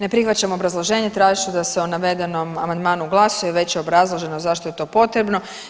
Ne prihvaćam obrazloženje, tražit ću da se o navedenom amandmanu glasuje, već je obrazloženo zašto je to potrebno.